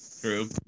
True